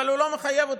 אבל הוא לא מחייב אותי,